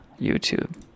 YouTube